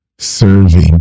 Serving